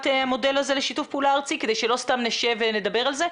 המודל הזה לשיתוף פעולה ארצי כדי שלא סתם נשב ונדבר על זה,